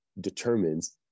determines